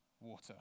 water